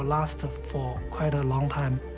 last for quite a long time.